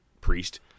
priest